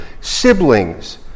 siblings